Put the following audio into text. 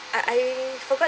uh I forgot